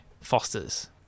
Foster's